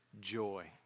joy